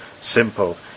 simple